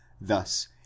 Thus